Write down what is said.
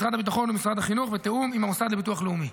בהסכמה עם משרד הביטחון ומשרד החינוך ובתיאום עם המוסד לביטוח לאומי?